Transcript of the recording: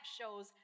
shows